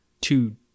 two